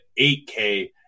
8k